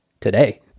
today